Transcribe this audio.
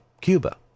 Cuba